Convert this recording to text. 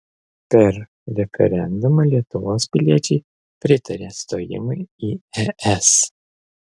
per referendumą lietuvos piliečiai pritarė stojimui į es